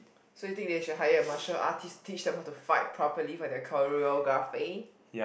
so you think they should hire a martial artist teach them how to fight properly for their choreography